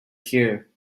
here